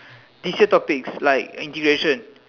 teacher topics like integration